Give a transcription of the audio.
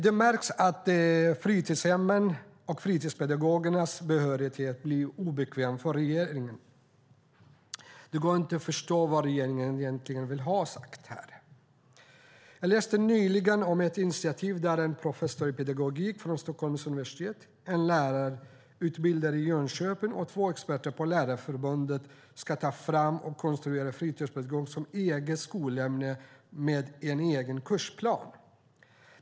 Det märks att frågan om fritidshemmen och om fritidspedagogernas behörighet har blivit obekväm för regeringen. Det går inte att förstå vad regeringen egentligen vill ha sagt här. Jag läste nyligen om ett initiativ där en professor i pedagogik från Stockholms universitet, en lärarutbildare i Jönköping och två experter från Lärarförbundet ska ta fram och konstruera fritidspedagogik som eget skolämne med egen kursplan.